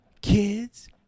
kids